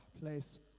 place